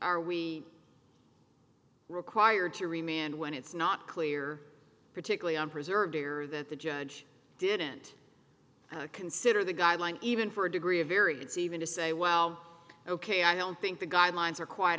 are we required to remain and when it's not clear particularly on preserved error that the judge didn't consider the guideline even for a degree a very it's even to say well ok i don't think the guidelines are qui